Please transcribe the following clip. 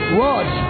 watch